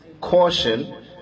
caution